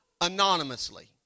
anonymously